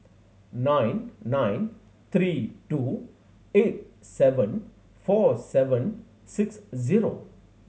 nine nine three two eight seven four seven six zero